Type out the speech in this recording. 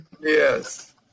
Yes